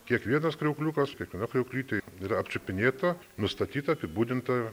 kiekvienas kriaukliukas kiekviena kriauklytė yra apčiupinėta nustatyta apibūdinta